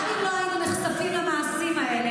גם אם לא היינו נחשפים למעשים האלה,